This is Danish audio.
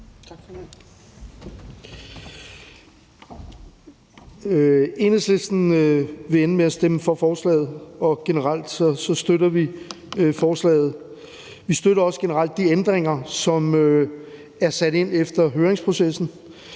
Enhedslisten vil ende med at stemme for forslaget, og generelt støtter vi forslaget. Vi støtter også generelt de ændringer, som er sat ind efter høringsprocessen.